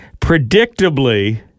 predictably